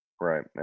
right